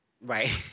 Right